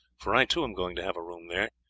for i too am going to have a room there,